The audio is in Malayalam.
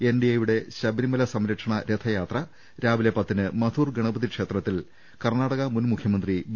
എൻഡിഎയുടെ ശബരിമല സംരക്ഷണ രഥയാത്ര രാവിലെ പത്തിന് മധൂർ ഗണപതി ക്ഷേത്രത്തിൽ കർണാടക മുൻ മുഖ്യമന്ത്രി ബി